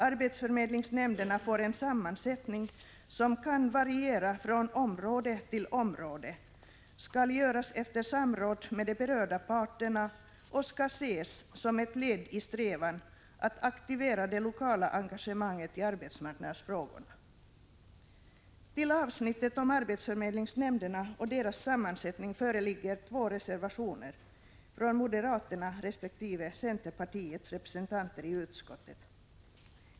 Arbetsförmedlingsnämnderna får en sammansättning som kan variera från område till område, som skall avgöras efter samråd med de berörda parterna och som skall ses som ett led i strävan att aktivera det lokala engagemanget i arbetsmarknadsfrågorna. Till avsnittet om arbetsförmedlingsnämnderna och deras sammansättning föreligger två reservationer, från moderaterna resp. centerpartiets representanter i utskottet.